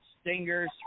Stingers